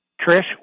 Trish